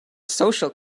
social